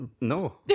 no